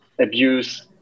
abuse